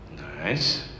Nice